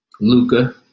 Luca